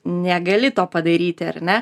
negali to padaryti ar ne